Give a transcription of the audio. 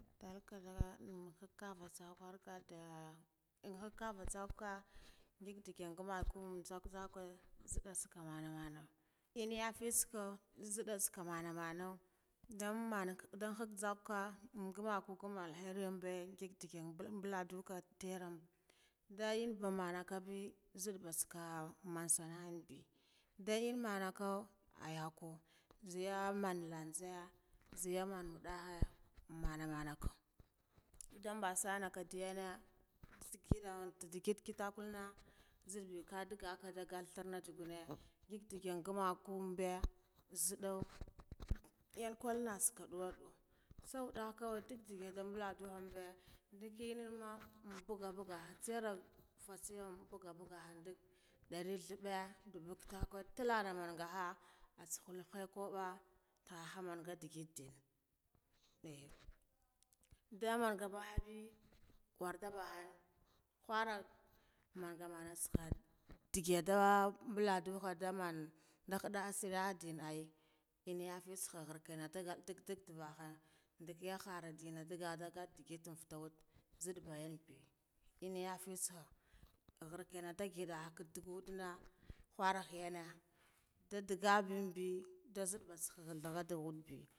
Ndukavah ngig kava ngig nda kamaku amtsa kitakwe isaka mana mama znna afitsaku nzidde tsaka mana, ndaka mana ngumaku ngumale atherin be ngig ndigi balan duke terra, ndayen bamana ngabi nzidda batsaka man sana'an be, nda inmana ku ayaku nziya manlan ziya nziya manwuddahe mana mana, nda mbasa naka ndiyana nzigida ndigit kitakwalna nzid bi khadaga khul threana dugude ngig ngumakube nzidde el-kul na kaduwa sai wuddhe ndugda baladuha ndik imah bugga bugga tsarah fatsayan nbuggu bugga ah ndag dore thabe dubu kitakwe tallare mangaɓa a chuhul kubba taha manga dugude eh da mangaha be worda baabe kharan mangha manga saha nde gada mbuladuha da man nda khadde asiri aden ai, inguji isakhari ndag ndag ndagya hora denu dagga ngudite wud nzidd bayan be enna gatitsaha khar enna ndugida dug wudduna khara yana nda daganbe nda nzidde.